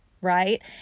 right